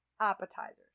appetizers